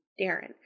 Darren